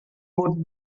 would